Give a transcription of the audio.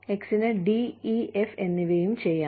X ന് D E F എന്നിവയും ചെയ്യാം